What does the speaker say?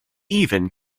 even